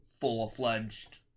full-fledged